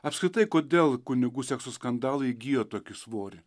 apskritai kodėl kunigų sekso skandalai įgijo tokį svorį